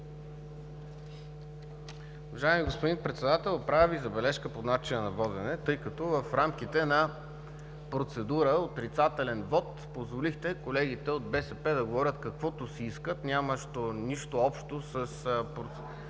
Уважаеми господин Председател, правя Ви забележка по начина на водене, тъй като в рамките на процедура „отрицателен вот“ позволихте колегите от БСП да говорят каквото си искат, нямащо нищо общо с гласувания